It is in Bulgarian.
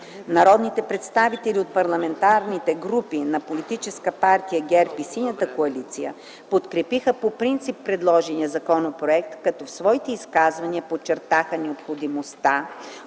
Народните представители от Парламентарните групи на Политическа партия ГЕРБ и Синята коалиция подкрепиха по принцип предложения законопроект, като в своите изказвания подчертаха необходимостта